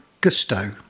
Gusto